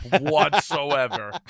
whatsoever